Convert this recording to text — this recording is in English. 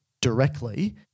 directly